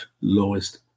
lowest